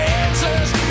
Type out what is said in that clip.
answers